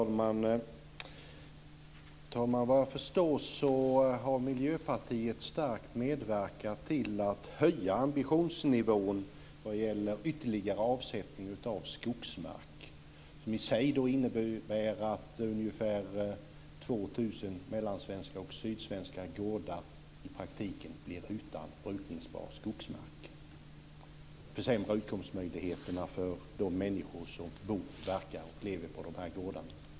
Fru talman! Vad jag förstår har Miljöpartiet starkt medverkat till att höja ambitionsnivån vad gäller ytterligare avsättning av skogsmark. Detta innebär i sig att ungefär 2 000 mellansvenska och sydsvenska gårdar i praktiken blir utan brukningsbar skogsmark. Det försämrar utkomstmöjligheterna för de människor som bor, verkar och lever på de här gårdarna.